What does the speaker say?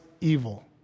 evil